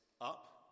up